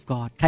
God